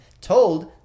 told